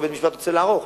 שבית-משפט רוצה לערוך,